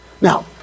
Now